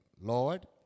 Lord